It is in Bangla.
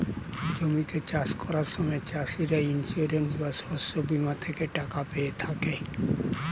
জমিতে চাষ করার সময় চাষিরা ইন্সিওরেন্স বা শস্য বীমা থেকে টাকা পেয়ে থাকে